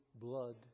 blood